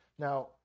Now